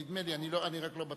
נדמה לי, אני רק לא בטוח.